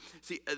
See